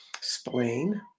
spleen